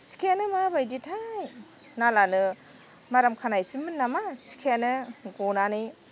सिखायानो माबायदिथाय नालआनो माराम खानायसोमोन नामा सिखायानो ग'नानै